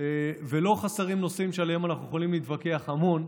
ולא חסרים נושאים שעליהם אנחנו יכולים להתווכח המון,